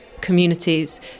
communities